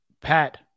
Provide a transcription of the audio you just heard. Pat